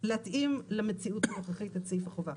להתאים למציאות הנוכחית את סעיף החובה.